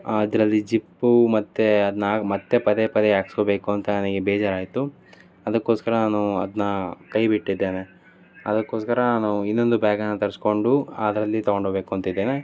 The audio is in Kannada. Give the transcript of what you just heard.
ಅದರಲ್ಲಿ ಜಿಪ್ಪು ಮತ್ತೆ ಅದನ್ನ ಮತ್ತೆ ಪದೇ ಪದೇ ಹಾಕ್ಸ್ಕೊಬೇಕು ಅಂತ ನನಗೆ ಬೇಜಾರಾಯಿತು ಅದಕ್ಕೋಸ್ಕರ ನಾನು ಅದನ್ನ ಕೈ ಬಿಟ್ಟಿದ್ದೇನೆ ಅದಕ್ಕೋಸ್ಕರ ನಾನು ಇನ್ನೊಂದು ಬ್ಯಾಗನ್ನು ತರಿಸ್ಕೊಂಡು ಅದರಲ್ಲಿ ತೊಗೊಂಡು ಹೋಗ್ಬೇಕು ಅಂತ ಇದ್ದೇನೆ